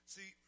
See